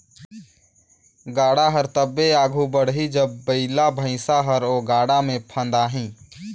गाड़ा हर तबे आघु बढ़ही जब बइला भइसा हर ओ गाड़ा मे फदाही